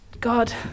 God